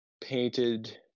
painted